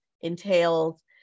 entails